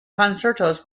concertos